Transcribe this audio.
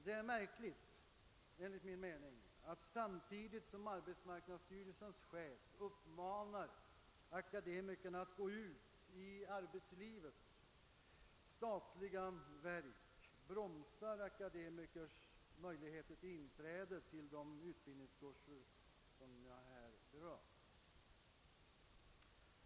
Det är enligt min mening märkligt att samtidigt som arbetsmarknadsstyrelsens chef uppmanar akademikerna att gå ut i arbetslivet bromsar statliga verk akademikers möjligheter till tillträde till de utbildningskurser som jag här berört.